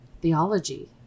theology